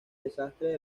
desastre